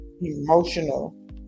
emotional